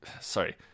sorry